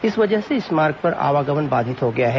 इस वजह से इस मार्ग पर आवागमन बाधित हो गया है